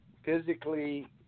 Physically